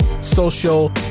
social